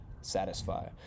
satisfy